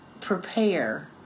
prepare